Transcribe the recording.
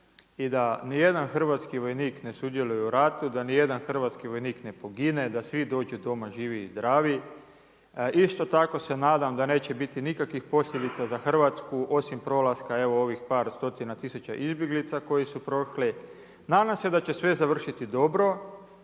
i da ni jedan hrvatski vojnik ne sudjeluje u ratu, da ni jedan hrvatski vojnik ne pogine, da svi dođu doma živi i zdravi. Isto tako se nadam da neće biti nikakvih posljedica za Hrvatsku osim prolaska evo ovih par stotina tisuća izbjeglica koji su prošli. Nadam se da će sve završiti dobro,